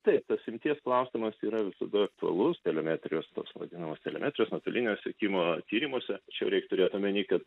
taip tas srities klausimas yra visada aktualus telemetrijos tos vadinamos telemetrijos nuotolinio sekimo tyrimuose čia reik turėt omeny kad